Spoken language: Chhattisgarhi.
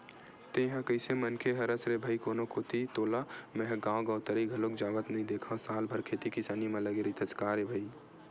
तेंहा कइसे मनखे हरस रे भई कोनो कोती तोला मेंहा गांव गवतरई घलोक जावत नइ देंखव साल भर खेती किसानी म लगे रहिथस का रे भई?